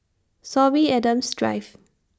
Sorby Adams Drive